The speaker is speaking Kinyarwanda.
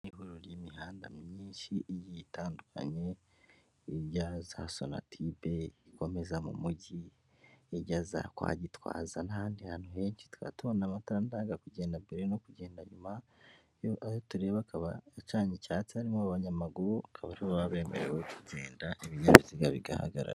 Ihuriro ry'imihanda myinshi igiye itandukanye, ijya za Sonatibe, ikomeza mu Mujyi, ijya za kwa Gitwaza n'ahandi hantu henshi, tukaba tubona amatara ndanga kugenda mbere no kugenda nyuma, yo aho tureba akaba acanye icyatsi, harimo abanyamaguru akaba aribo baba bemerewe kugenda, ibinyabiziga bigahagarara.